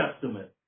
Testament